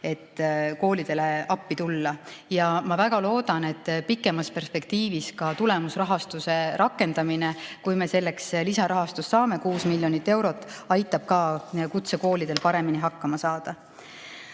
et koolidele appi tulla. Ma väga loodan, et pikemas perspektiivis ka tulemusrahastuse rakendamine, kui me selleks lisarahastust saame, 6 miljonit eurot, aitab ka kutsekoolidel paremini hakkama saada.